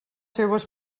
seues